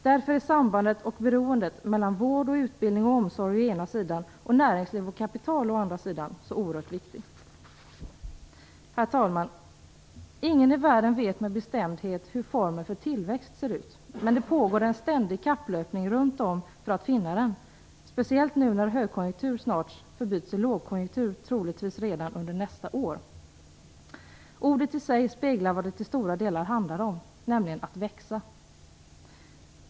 Därför är sambandet och beroendet mellan vård, utbildning och omsorg å ena sidan och näringsliv och kapital å andra sidan oerhört viktigt. Herr talman! Ingen i världen vet med bestämdhet hur formeln för tillväxt ser ut, men det pågår en ständig kapplöpning runt om för att finna den, speciellt nu när högkonjunktur snart förbyts i lågkonjunktur - troligtvis redan under nästa år. Ordet i sig speglar vad det till stora delar handlar om, nämligen att växa.